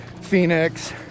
Phoenix